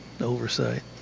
oversight